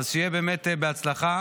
אז שיהיה באמת בהצלחה.